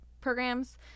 programs